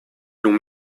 longs